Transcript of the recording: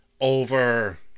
over